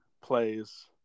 plays